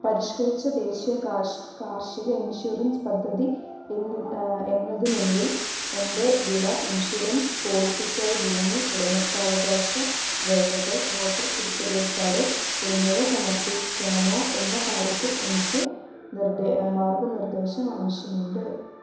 പരിഷ്കരിച്ച ദേശീയ കാർഷിക ഇൻഷുറൻസ് പദ്ധതി എന്നതിനുള്ളിൽ എൻ്റെ വിള ഇൻഷുറൻസ് പോളിസിക്കായി ഭൂമി ഉടമസ്ഥാവകാശ രേഖകൾ വോട്ടർ തിരിച്ചറിയൽ കാർഡ് എന്നിവ സമർപ്പിക്കണമോ എന്ന കാര്യത്തിൽ എനിക്ക് മാർഗ്ഗനിർദ്ദേശം ആവശ്യമുണ്ട്